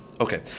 Okay